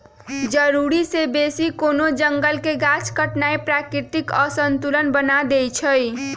जरूरी से बेशी कोनो जंगल के गाछ काटनाइ प्राकृतिक असंतुलन बना देइछइ